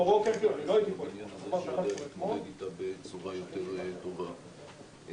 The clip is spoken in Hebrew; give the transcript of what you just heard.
להתמודד בעניין הזה בצורה יותר טובה.